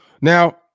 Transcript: Now